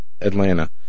Atlanta